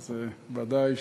אז בוודאי,